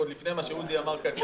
עוד לפני מה שעוזי אמר כאן,